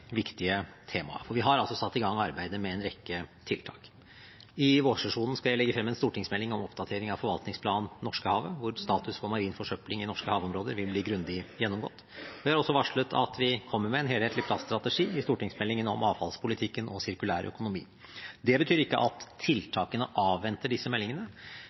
for Stortinget om dette viktige temaet, for vi har altså satt i gang arbeidet med en rekke tiltak. I vårsesjonen skal jeg legge frem en stortingsmelding om oppdatering av forvaltningsplanen for Norskehavet, hvor status for marin forsøpling i norske havområder vil bli grundig gjennomgått. Vi har også varslet at vi kommer med en helhetlig plaststrategi i stortingsmeldingen om avfallspolitikken og sirkulær økonomi. Det betyr ikke at tiltakene avventer disse meldingene,